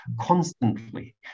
constantly